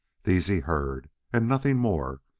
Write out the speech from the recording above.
these he heard, and nothing more,